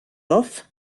off